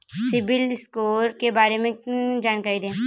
CIBIL score के बारे में जानकारी दें?